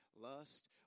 Lust